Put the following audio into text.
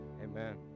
Amen